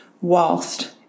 whilst